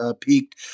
peaked